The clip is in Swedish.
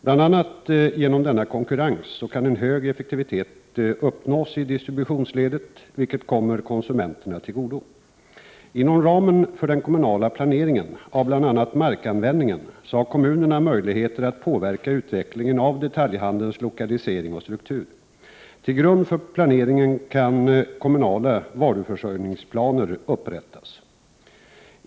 Bl.a. genom denna konkurrens kan en hög effektivitet uppnås i distributionsledet, vilket kommer konsumenterna till godo. Inom ramen för den kommunala planeringen av bl.a. markanvändningen har kommunerna möjligheter att påverka utvecklingen av detaljhandelns lokalisering och struktur. Till grund för planeringen kan kommunala varuförsörjningsplaner upprättas.